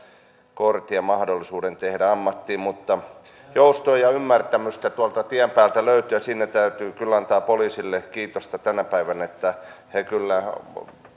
kortin ja mahdollisuuden tehdä ammattia mutta joustoa ja ymmärtämystä tuolta tien päältä löytyy ja siinä täytyy kyllä antaa poliisille kiitosta tänä päivänä että he kyllä